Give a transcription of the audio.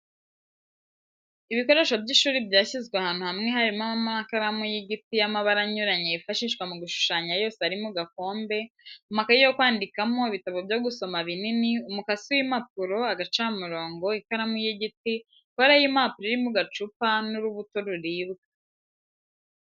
Ibikoresho by'ishuri byashyizwe ahantu hamwe harimo amakaramu y'igiti y'amabara anyuranye yifashishwa mu gushushanya yose ari mu gakombe, amakaye yo kwandikamo, ibitabo byo gusoma binini, umukasi w'impapuro, agacamurongo, ikaramu y'igiti, kore y'impapuro iri mu gacupa n.urubuto ruribwa.